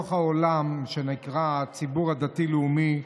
בתוך העולם שנקרא הציבור הדתי-לאומי,